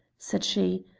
said she,